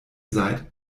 seid